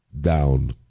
down